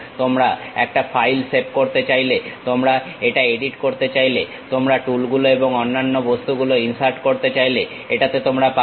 তোমরা একটা file save করতে চাইলে তোমরা এটা এডিট করতে চাইলে তোমরা টুলগুলো এবং অন্যান্য বস্তুগুলো ইনসার্ট করতে চাইলে এটাতে তোমরা পাবে